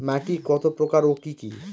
মাটি কত প্রকার ও কি কি?